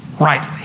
rightly